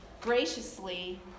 graciously